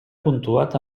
puntuat